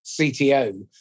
CTO